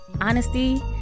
honesty